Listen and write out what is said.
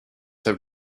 have